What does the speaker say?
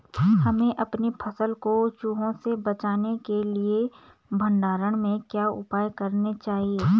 हमें अपनी फसल को चूहों से बचाने के लिए भंडारण में क्या उपाय करने चाहिए?